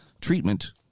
treatment